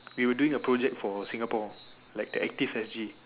we were doing a project for Singapore like the active S_G